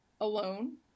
alone